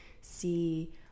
see